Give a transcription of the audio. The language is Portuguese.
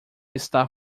está